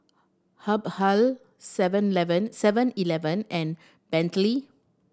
Habhal seven Seven Eleven and Bentley